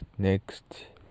next